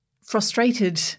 frustrated